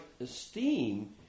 esteem